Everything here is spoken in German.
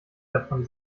davon